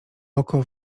oko